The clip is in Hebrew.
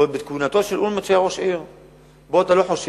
עוד בכהונתו של אולמרט כשהיה ראש עיר.